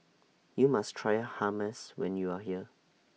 YOU must Try Hummus when YOU Are here